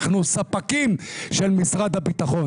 אנחנו ספקים של משרד הביטחון.